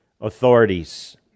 authorities